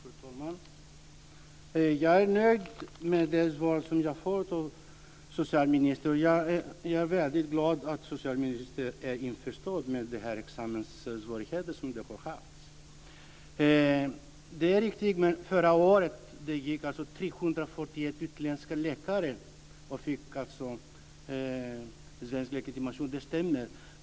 Fru talman! Jag är nöjd med det svar som fått av socialministern. Jag är väldigt glad för att socialministern är införstådd med de examenssvårigheter som har funnits. Förra året fick 341 utländska läkare svensk legitimation. Det stämmer.